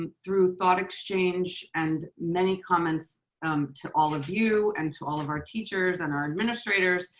through thought exchange and many comments um to all of you and to all of our teachers and our administrators,